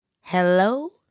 Hello